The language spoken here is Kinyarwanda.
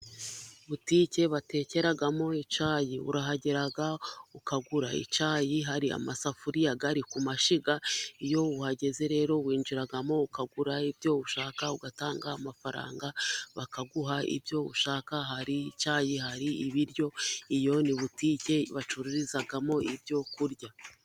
Butike batekeramo icyayi, urahagera ukagura icyayi, hari amasafuriya ari ku mashyiga, iyo uhageze rero winjiramo ukagura ibyo ushaka ugatanga amafaranga, bakaguha ibyo ushaka, hari icyayi, hari ibiryo, iyo ni butike bacururizamo ibyo kurya.